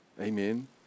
Amen